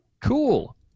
cool